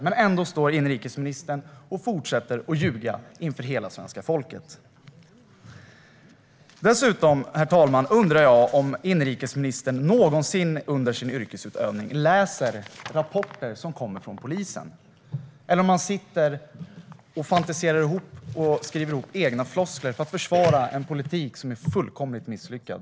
Men ändå står inrikesministern och fortsätter att ljuga inför hela svenska folket. Dessutom, herr talman, undrar jag om inrikesministern någonsin under sin yrkesutövning läser rapporter som kommer från polisen. Eller sitter han och fantiserar och skriver ihop egna floskler för att försvara en politik som är fullkomligt misslyckad?